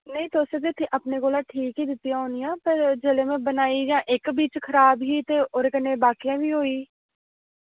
नेईं तुस ते अपने कोला ठीक ई दित्तियां होनियां ते जेल्ले में बनाई इक्क बिच खराब ही ते ओह्दे कन्नै बाकी बी खराब होइयां